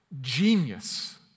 genius